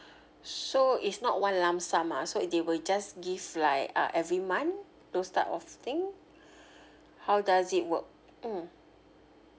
so is not one lump sum ah so they will just give like uh every month those type of thing how does it work mm